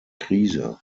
krise